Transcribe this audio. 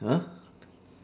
!huh!